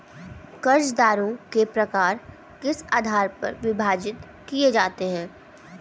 कर्जदारों के प्रकार किस आधार पर विभाजित किए जाते हैं?